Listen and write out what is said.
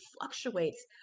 fluctuates